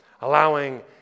Allowing